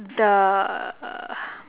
the